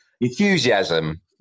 Enthusiasm